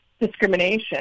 discrimination